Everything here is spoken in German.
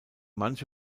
manche